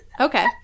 Okay